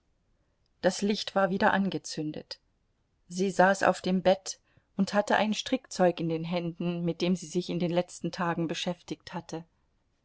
das licht war wieder angezündet sie saß auf dem bett und hatte ein strickzeug in den händen mit dem sie sich in den letzten tagen beschäftigt hatte